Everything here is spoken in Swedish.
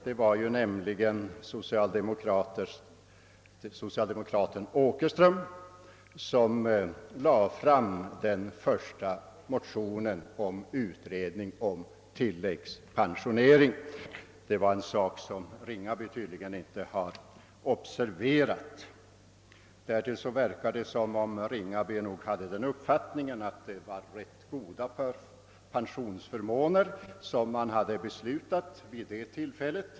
Det var socialdemokraten herr Åkerström som framlade den första motionen om en utredning om tilläggspensionering. Detta hade herr Ringaby tydligen inte observerat. Därtill kan man säga att det nog verkade som om herr Ringaby hade den uppfattningen att de pensionsförmåner som man beslutat om var rätt goda vid det tillfället.